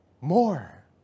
more